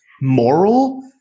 moral